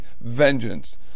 vengeance